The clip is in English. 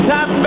Top